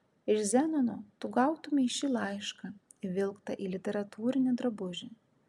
iš zenono tu gautumei šį laišką įvilktą į literatūrinį drabužį